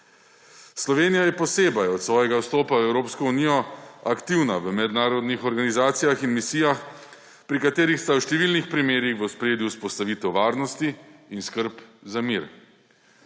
Slovenija je posebej od svojega vstopa v Evropsko unijo aktivna v mednarodnih organizacijah in misijah, pri katerih sta v številnih primerih v ospredju vzpostavitev varnosti in skrb za mir.